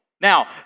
Now